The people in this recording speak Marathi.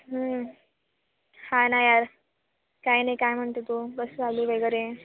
हं हा ना यार काय नाही काय म्हणते तू बस आली वगैरे